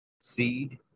seed